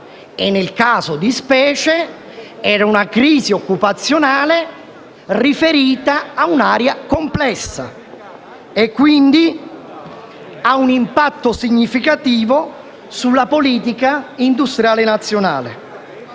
Nel caso di specie, si tratta di una crisi occupazionale riferita a un'area complessa, che, quindi, ha un impatto significativo sulla politica industriale nazionale.